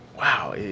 wow